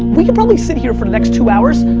we could probably sit here for the next two hours,